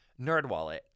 NerdWallet